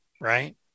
right